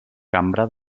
cambra